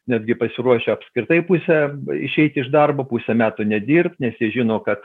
netgi pasiruošę apskritai pusę išeiti iš darbo pusę metų nedirbt nes jie žino kad